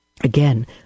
Again